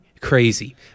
Crazy